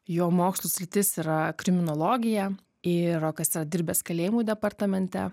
jo mokslų sritis yra kriminologija ir rokas yra dirbęs kalėjimų departamente